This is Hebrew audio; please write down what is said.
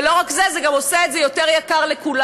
ולא רק זה, זה גם עושה את זה יותר יקר לכולנו.